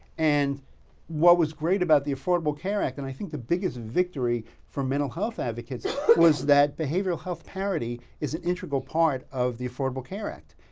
and what was great about the affordable care act, and i think the biggest victory for mental health advocates was that behavioral health parody is an integral part of the affordable care act.